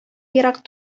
ерак